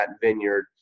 vineyard